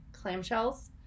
clamshells